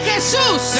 Jesus